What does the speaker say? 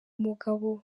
umugabo